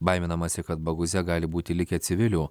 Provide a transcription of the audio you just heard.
baiminamasi kad baguze gali būti likę civilių